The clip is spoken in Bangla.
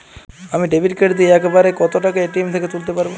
আমি ডেবিট কার্ড দিয়ে এক বারে কত টাকা এ.টি.এম থেকে তুলতে পারবো?